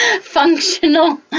functional